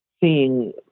seeing